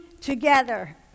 together